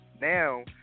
Now